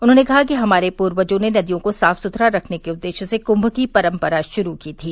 उन्होंने कहा कि हमारे पूर्वजों ने नदियों को साफ़ सुथरा रखने के उद्देश्य से कुंम की परम्परा शुरू की थी